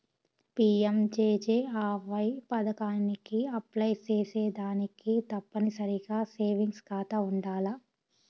PMJJAY పదకానికి apply సేసేదానికి తప్పనిసరిగా సేవింగ్స్ కాతా ఉండాల్ల